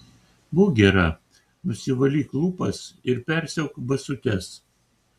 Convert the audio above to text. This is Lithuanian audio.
būk gera nusivalyk lūpas ir persiauk basutes